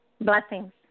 Blessings